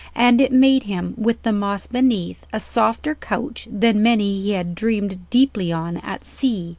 and it made him, with the moss beneath, a softer couch than many he had dreamed deeply on at sea